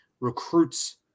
Recruits